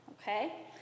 Okay